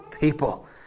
people